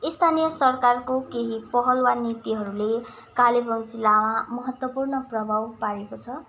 स्थानीय सरकारको केही पहल वा नीतिहरूले कालेबुङ जिल्लामा महत्त्वपूर्ण प्रभाव पारेको छ